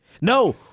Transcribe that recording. no